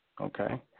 Okay